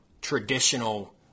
traditional